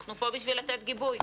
אנחנו כאן כדי לתת גיבוי.